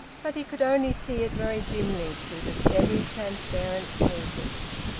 but he could only see it very dimly through the semi-transparent pages.